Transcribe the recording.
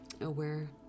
aware